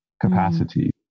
capacity